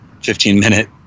15-minute